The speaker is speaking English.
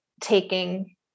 taking